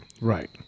Right